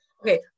Okay